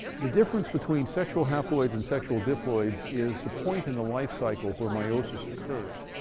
the difference between sexual haploids and sexual diploids is the point in the lifecycle where meiosis occurs.